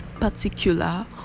particular